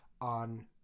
on